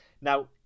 Now